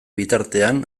bitartean